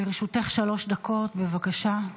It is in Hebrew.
לרשותך שלוש דקות, בבקשה.